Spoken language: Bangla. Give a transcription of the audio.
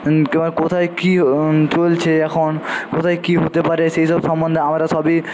কোথায় কী চলছে এখন কোথায় কী হতে পারে সে সব সম্বন্ধে আমরা সবই